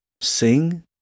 sing